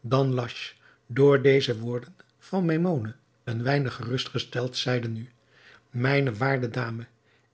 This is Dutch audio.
danhasch door deze woorden van maimoune een weinig gerustgesteld zeide nu mijne waarde dame